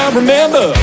remember